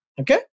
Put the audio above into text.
okay